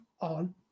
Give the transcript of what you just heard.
on